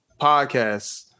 Podcasts